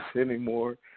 anymore